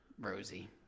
Rosie